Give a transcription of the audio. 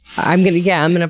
i'm gonna, yeah, um and